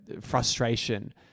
frustration